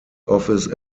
office